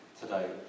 today